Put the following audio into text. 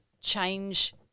change